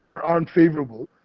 aren't favorable.